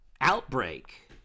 outbreak